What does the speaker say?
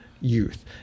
youth